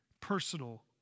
personal